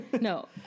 No